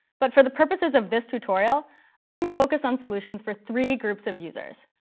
but for the purposes of this tutorial i'm going to focus on solutions for three groups of users,